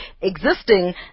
existing